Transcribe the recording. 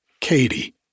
Katie